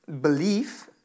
belief